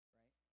right